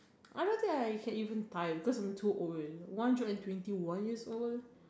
I don't think I can even time cause I'm two old one hundred and twenty one years old